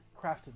crafted